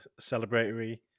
celebratory